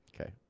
okay